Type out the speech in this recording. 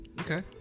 Okay